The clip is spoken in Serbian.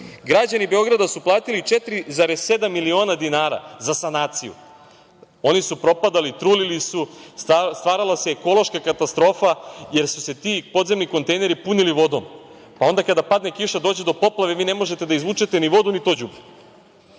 građani Beograda su platili 4,7 miliona dinara za sanaciju. Oni su propadali, trulili su, stvarala se ekološka katastrofa, jer su se ti podzemni kontejneri punili vodom, pa onda kada padne kiša, dođe do poplave, vi ne možete da izvučete ni vodu, ni to đubre.